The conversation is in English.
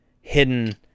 hidden